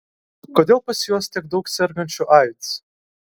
kodėl pas juos tiek daug sergančių aids